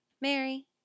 Mary